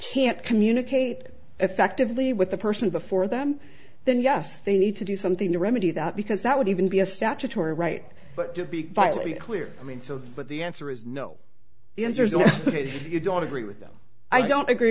can't communicate effectively with the person before them then yes they need to do something to remedy that because that would even be a statutory right but to be violated clear i mean so but the answer is no the answer is no you don't agree with them i don't agree